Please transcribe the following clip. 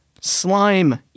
slime